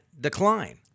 decline